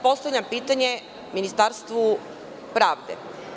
Postavljam pitanje Ministarstvu pravde.